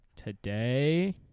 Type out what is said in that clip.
Today